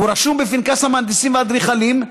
הוא רשום בפנקס המהנדסים והאדריכלים,